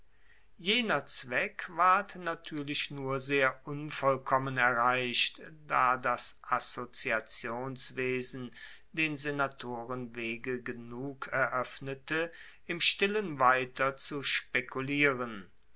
jener zweck ward natuerlich nur sehr unvollkommen erreicht da das assoziationswesen den senatoren wege genug eroeffnete im stillen weiter zu spekulieren